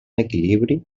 equilibri